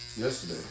yesterday